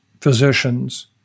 physicians